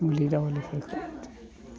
मुलि दावालिफोरखौ